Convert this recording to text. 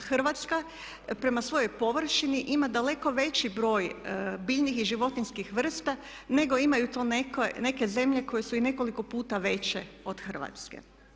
Hrvatska prema svojoj površini ima daleko veći broj biljnih i životinjskih vrsta nego imaju to neke zemlje koje su i nekoliko puta veće od Hrvatske.